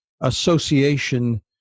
association